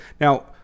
Now